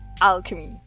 alchemy